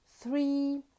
three